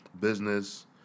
Business